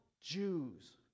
Jews